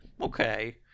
okay